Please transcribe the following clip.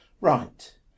Right